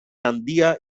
handia